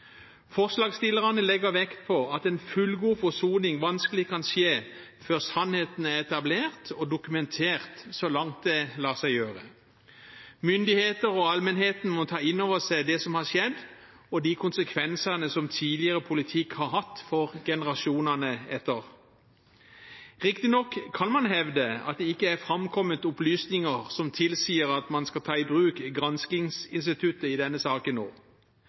Forslagsstillerne legger vekt på at en fullgod forsoning vanskelig kan skje før sannheten er etablert og dokumentert så langt det lar seg gjøre. Myndigheter og allmennheten må ta inn over seg det som har skjedd, og de konsekvensene som tidligere politikk har hatt for generasjonene etter. Riktignok kan man hevde at det ikke er framkommet opplysninger som tilsier at man skal ta i bruk granskingsinstituttet i denne saken nå.